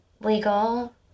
legal